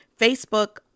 Facebook